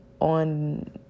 On